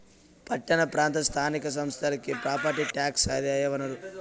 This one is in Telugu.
పట్టణ ప్రాంత స్థానిక సంస్థలకి ప్రాపర్టీ టాక్సే ఆదాయ వనరు